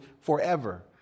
forever